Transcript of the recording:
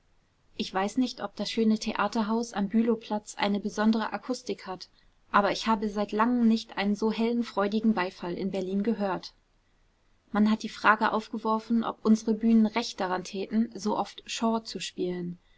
ich weiß nicht ob das schöne theaterhaus am bülowplatz eine besondere akustik hat aber ich habe seit langem nicht einen so hellen freudigen beifall in berlin gehört man hat die frage aufgeworfen ob unsere bühnen recht daran täten so oft shaw zu spielen